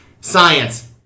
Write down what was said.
science